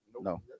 No